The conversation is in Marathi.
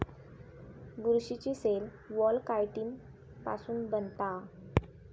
बुरशीची सेल वॉल कायटिन पासुन बनता